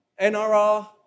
NRR